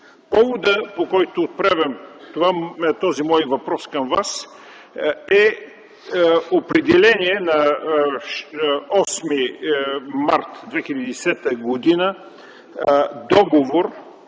Поводът, по който отправям този мой въпрос към Вас, е определения на 8 март 2010 г. договор,